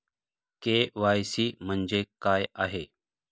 KYC म्हणजे काय आहे?